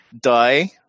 die